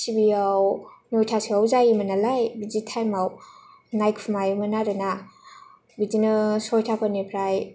टिभियाव नयथासोआव जायोमोन नालाय बिदि थाइमाव नायखुमायोमोन आरो ना बिदिनो सयथा फोरनिफ्राय